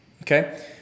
Okay